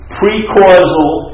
pre-causal